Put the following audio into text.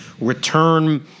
return